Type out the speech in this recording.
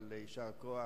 אבל יישר כוח,